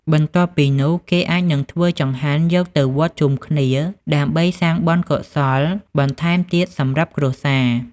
បន្ទាប់ពីនោះ គេអាចនឹងធ្វើចង្ហាន់យកទៅវត្តជុំគ្នា ដើម្បីសាងបុណ្យកុសលបន្ថែមទៀតសម្រាប់គ្រួសារ។